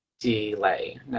delay